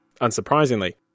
unsurprisingly